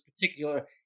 particular